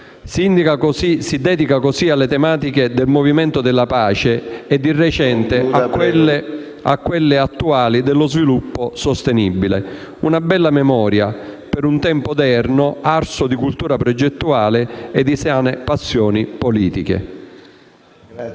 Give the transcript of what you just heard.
Si dedica così alle tematiche del movimento della pace e, di recente, a quelle attuali dello sviluppo sostenibile, una bella memoria per un tempo odierno arso di cultura progettuale e di sane passioni politiche.